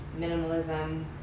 minimalism